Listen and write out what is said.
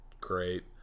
great